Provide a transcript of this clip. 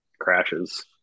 crashes